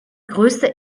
größte